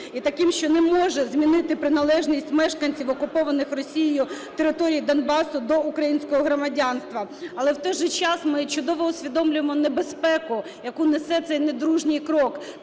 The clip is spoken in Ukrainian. і таким, що не може змінити приналежність мешканців окупованих Росією територій Донбасу до українського громадянства. Але в той же час ми чудово усвідомлюємо небезпеку, яку несе цей недружній крок.